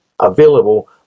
available